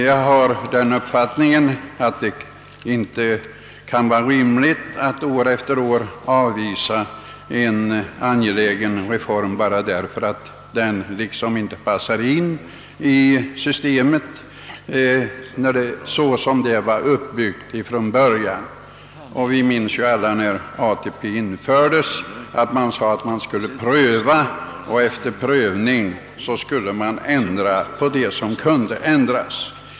Jag har den uppfattningen, att det inte kan vara rimligt att år efter år avvisa en angelägen reform bara därför att den liksom inte passar in i systemet sådant det var uppbyggt från början. Vi minns alla att man när ATP infördes sade att man efter en tid skulle göra en prövning och ändra sådant som borde ändras.